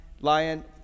lion